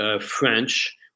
French